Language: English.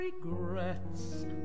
regrets